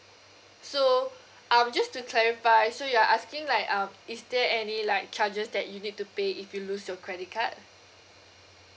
so um just to clarify so you're asking like uh is there any like charges that you need to pay if you lose your credit card